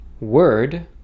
Word